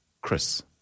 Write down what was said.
Chris